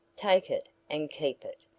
take it and keep it.